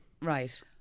Right